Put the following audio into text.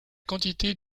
quantité